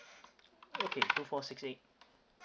okay two four six eight